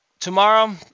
Tomorrow